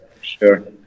Sure